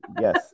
Yes